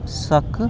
सक